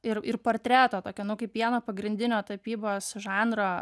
ir ir portreto tokio nu kaip vieno pagrindinio tapybos žanro